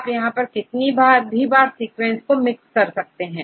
आप यहां पर कितनी भी बार सीक्वेंस मिक्स कर सकते हैं